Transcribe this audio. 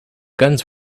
guns